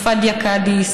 פאדיה קדיס,